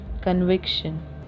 conviction